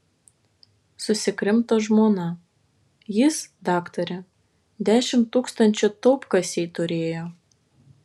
susikrimto žmona jis daktare dešimt tūkstančių taupkasėj turėjo